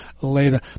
later